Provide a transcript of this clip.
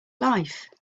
life